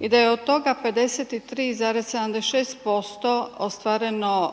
i da je od toga 53,76 posto ostvareno